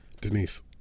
Denise